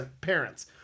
parents